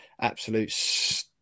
Absolute